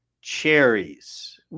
cherries